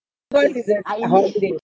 of course it's a a home stay